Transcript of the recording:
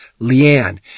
Leanne